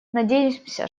надеемся